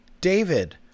David